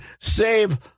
save